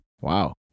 Wow